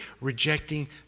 rejecting